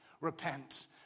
Repent